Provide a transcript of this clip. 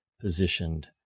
positioned